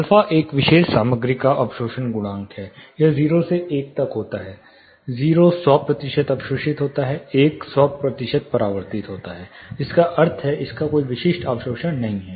alpha एक विशेष सामग्री का अवशोषण गुणांक है यह 0 से 1 तक होता है 0 100 प्रतिशत अवशोषित होता है 1 100 प्रतिशत परावर्तित होता है जिसका अर्थ है कि इसका कोई विशिष्ट अवशोषण नहीं है